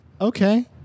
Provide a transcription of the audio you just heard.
Okay